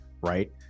right